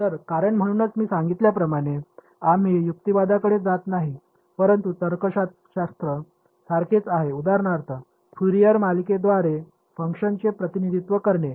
तर कारण म्हणूनच मी सांगितल्याप्रमाणे आम्ही युक्तिवादाकडे जात नाही परंतु तर्कशास्त्र सारखेच आहे उदाहरणार्थ फूरियर मालिकेद्वारे फंक्शनचे प्रतिनिधित्व करणे